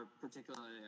particularly